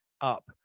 up